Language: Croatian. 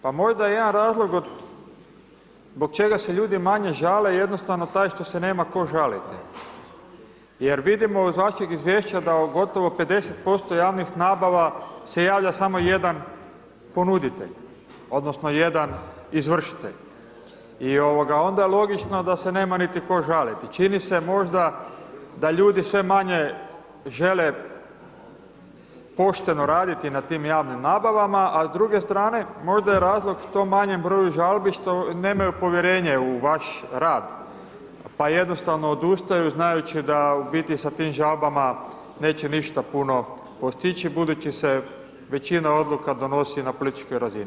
Pa možda je jedan razlog od zbog čega se ljudi manje žale jednostavno taj što se nema tko žaliti jer vidimo iz vašeg izvješća da gotovo 50% javnih nabava se javlja samo jedan ponuditelj odnosno jedan izvršitelj i onda je logično da se nema niti tko žaliti, čini se možda da ljudi sve manje žele pošteno raditi na tim javnim nabavama, a s druge strane možda je razlog tom manjem broju žalbi što nemaju povjerenje u vaš rad, pa jednostavno odustaju znajući da u biti sa tim žalbama neće ništa puno postići budući se većina odluka donosi na političkoj razini.